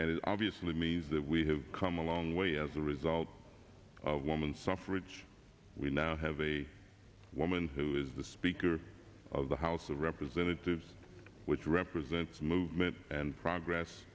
it obviously means that we have come a long way as a result of woman suffrage we now have a woman who is the speaker of the house of representatives which represents movement and progress